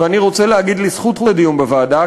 ואני רוצה להגיד לזכות הדיון בוועדה,